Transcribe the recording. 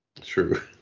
True